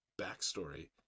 backstory